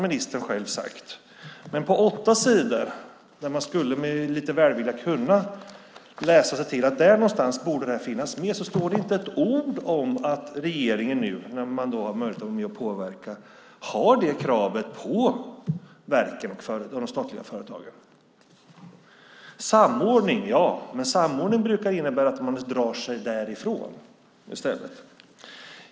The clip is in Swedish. Men på de åtta sidor där man med lite välvilja skulle kunna läsa sig till att det borde finnas med står det inte ett ord om att regeringen, nu när man har möjlighet att vara med och påverka, ställer det kravet på de statliga verken och företagen. Samordning, ja, men samordning brukar innebära att man drar sig därifrån i stället.